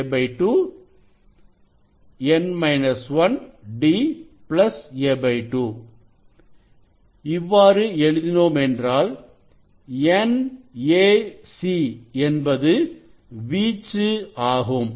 C d a2 ʃ da2 f இவ்வாறு எழுதினோம் என்றால் NaC என்பது வீச்சு ஆகும்